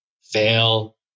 fail